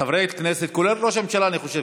חברי הכנסת, כולל ראש הממשלה, אני חושב.